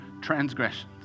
transgressions